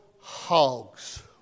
hogs